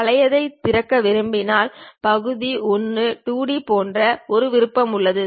பழையதைத் திறக்க விரும்பினால் பகுதி 1 2 டி போன்ற ஒரு விருப்பம் உள்ளது